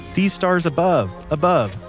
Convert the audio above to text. these stars above, above.